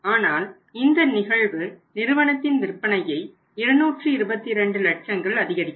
ஆனால் இந்த நிகழ்வு நிறுவனத்தின் விற்பனையை 222 லட்சங்கள் அதிகரிக்கும்